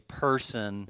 person